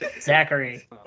Zachary